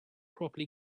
properly